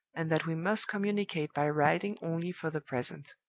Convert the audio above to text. and that we must communicate by writing only for the present.